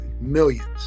Millions